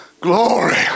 glory